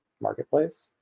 marketplace